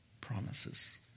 promises